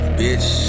bitch